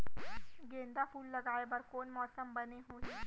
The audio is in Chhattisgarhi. गेंदा फूल लगाए बर कोन मौसम बने होही?